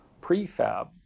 prefab